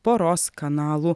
poros kanalų